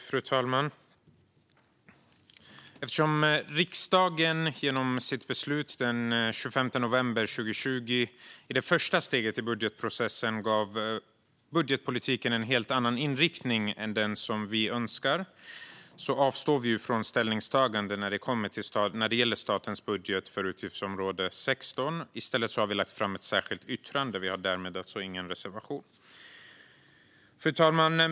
Fru talman! Eftersom riksdagen genom sitt beslut den 25 november 2020 i det första steget i budgetprocessen gav budgetpolitiken en helt annan inriktning än den vi önskar avstår vi från ställningstagande när det gäller statens budget för utgiftsområde 16. I stället har vi lagt fram ett särskilt yttrande. Vi har därmed ingen reservation. Fru talman!